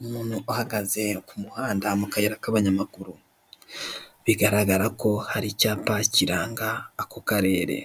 Umuntu ahagaze ku muhanda mu kayira k'abanyamaguru, bigaragara mo hari icyapa kiranga ako karere,